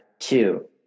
two